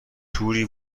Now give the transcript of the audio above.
توری